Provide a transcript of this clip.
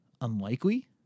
unlikely